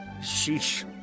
Sheesh